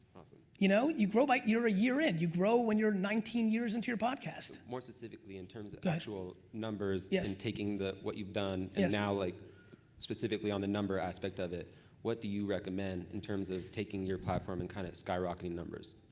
you know, you grow by you're a year in, you grow when you're nineteen years into your podcast. more specifically, in terms of actual numbers, and yeah taking the what you've done and now like specifically on the number aspect of it what do you recommend in terms of taking your platform and kind of skyrocketing numbers?